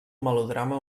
melodrama